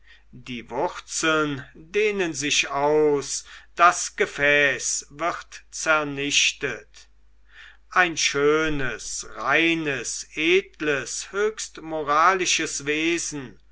die wurzeln dehnen sich aus das gefäß wird zernichtet ein schönes reines edles höchst moralisches wesen